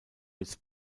its